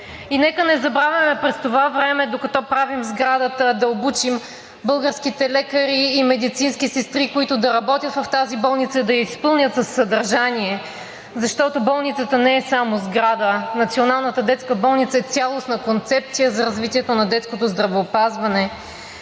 И нека не забравяме през това време, докато правим сградата, да обучим българските лекари и медицински сестри, които да работят в тази болница, да я изпълнят със съдържание. Защото болницата не е само сграда, Националната детска болница е цялостна концепция за развитието на детското здравеопазване